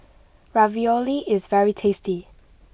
Ravioli is very tasty